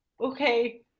okay